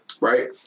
right